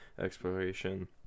exploration